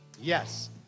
Yes